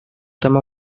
tema